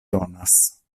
donas